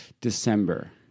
December